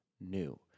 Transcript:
new